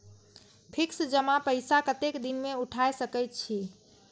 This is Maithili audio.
फिक्स जमा पैसा कतेक दिन में उठाई सके छी?